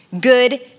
good